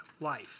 life